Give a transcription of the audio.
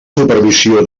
supervisió